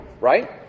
right